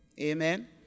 Amen